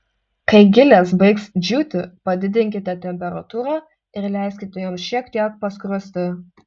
kai gilės baigs džiūti padidinkite temperatūrą ir leiskite joms šiek tiek paskrusti